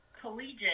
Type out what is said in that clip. collegiate